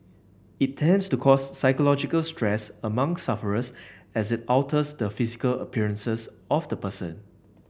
it tends to cause psychological stress among sufferers as it alters the physical appearances of the person